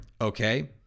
Okay